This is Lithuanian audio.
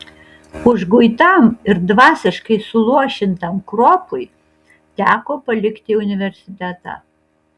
užguitam ir dvasiškai suluošintam kruopui teko palikti universitetą